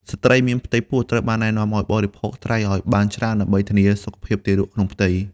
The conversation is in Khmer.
ស្ត្រីមានផ្ទៃពោះ ត្រូវបានណែនាំឱ្យបរិភោគត្រីឱ្យបានច្រើនដើម្បីធានាសុខភាពទារកក្នុងផ្ទៃ។